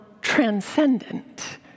transcendent